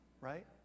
right